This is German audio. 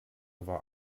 war